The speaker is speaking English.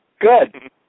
Good